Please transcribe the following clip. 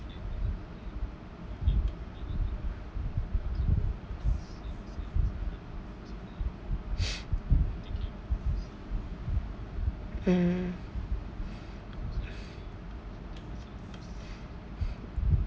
mm